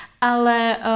ale